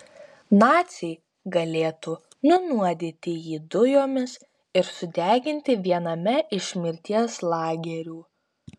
naciai galėtų nunuodyti jį dujomis ir sudeginti viename iš mirties lagerių